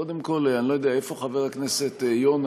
קודם כול, אני לא יודע איפה חבר הכנסת יונה.